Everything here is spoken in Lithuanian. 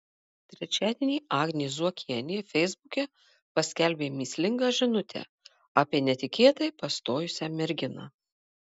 trečiadienį agnė zuokienė feisbuke paskelbė mįslingą žinutę apie netikėtai pastojusią merginą